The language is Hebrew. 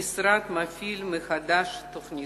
המשרד מפעיל מחדש את התוכנית.